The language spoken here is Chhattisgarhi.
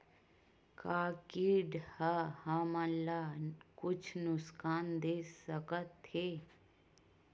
का कीट ह हमन ला कुछु नुकसान दे सकत हे?